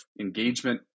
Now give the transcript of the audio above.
engagement